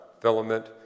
filament